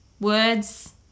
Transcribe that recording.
words